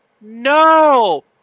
No